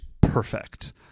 perfect